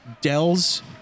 Dell's